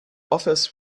office